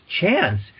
chance